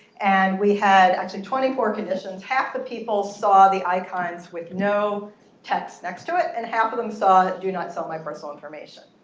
and we had actually twenty four conditions. half the people saw the icons with no text next to it. and half of them saw, do not sell my personal information.